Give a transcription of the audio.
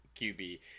QB